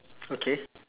okay